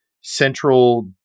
central